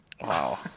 Wow